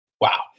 wow